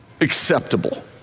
acceptable